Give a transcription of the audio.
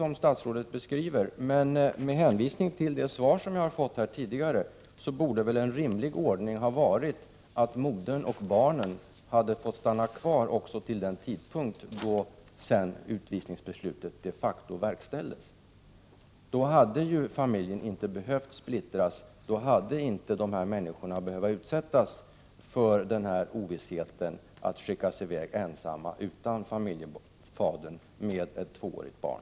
Men med hänvisning till det svar som jag fått här tidigare borde det väl ha varit en rimlig ordning att modern och barnen hade fått stanna kvar fram till den tidpunkt då utvisningsbeslutet de facto verkställdes. Då hade familjen inte behövt splittras och då hade inte de här människorna behövt utsättas för den ovisshet som det ändå var för dem att bli skickade i väg ensamma utan familjefadern och med bl.a. ett tvåårigt barn.